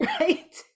right